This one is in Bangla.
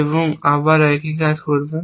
এবং আবার একই কাজ করবেন